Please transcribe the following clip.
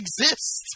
exist